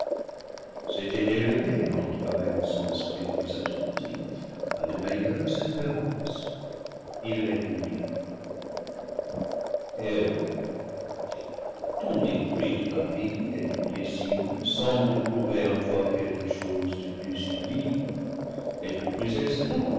s'était élevé en travaillant son esprit plus attentif à de meilleures espérances il répondit eve ton mépris de la vie et du plaisir semble prouver en toi quelque chose de plus sublime et de plus excellent